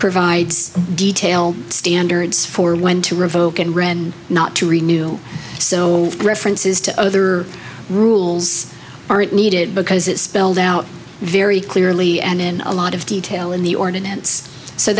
provides detail standards for when to revoke and rend not to renew so references to other rules aren't needed because it's spelled out very clearly and in a lot of detail in the ordinance so